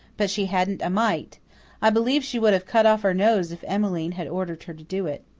but she hadn't a mite i believe she would have cut off her nose if emmeline had ordered her to do it.